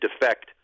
defect